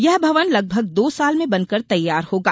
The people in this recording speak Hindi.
यह भवन लगभग दो साल में बनकर तैयार होगा